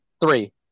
three